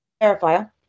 clarifier